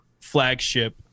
flagship